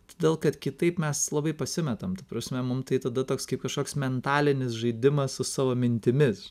todėl kad kitaip mes labai pasimetam ta prasme mum tai tada toks kaip kažkoks mentalinis žaidimas su savo mintimis